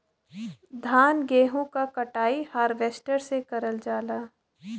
धान गेहूं क कटाई हारवेस्टर से करल जाला